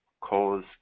cause